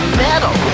metal